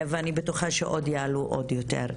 ואני בטוחה שעוד יעלו עוד יותר.